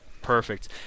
Perfect